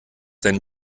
deinen